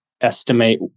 estimate